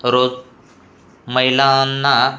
रोज महिलांना